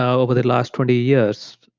ah over the last twenty years,